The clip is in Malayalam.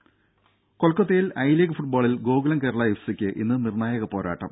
രംഭ കൊൽക്കത്തയിൽ ഐ ലീഗ് ഫുട്ബോളിൽ ഗോകുലം കേരള എഫ് സിക്ക് ഇന്ന് നിർണായക പോരാട്ടം